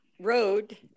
Road